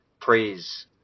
praise